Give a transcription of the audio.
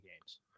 games